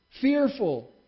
fearful